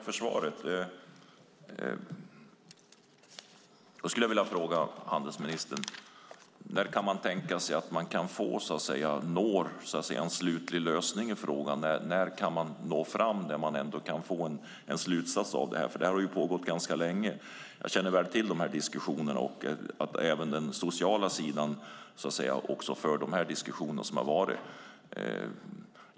Fru talman! Jag skulle vilja fråga handelsministern: När kan man tänka sig nå en slutlig lösning i frågan? När kan man nå fram till en slutsats? Detta har pågått ganska länge. Jag känner väl till de här diskussionerna och även den sociala sidan av de diskussioner som har förts.